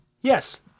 Yes